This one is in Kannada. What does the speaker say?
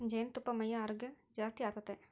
ಜೇನುತುಪ್ಪಾ ಮೈಯ ಆರೋಗ್ಯ ಜಾಸ್ತಿ ಆತತೆ